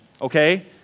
okay